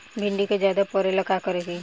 भिंडी के ज्यादा फरेला का करी?